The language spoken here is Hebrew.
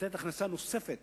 לתת הכנסה נוספת